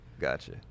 Gotcha